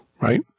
right